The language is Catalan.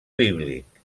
bíblic